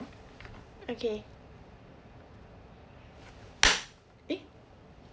okay eh